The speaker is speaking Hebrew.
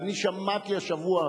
ואני שמעתי השבוע,